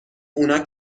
اونا